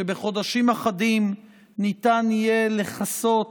שבחודשים אחדים ניתן יהיה לכסות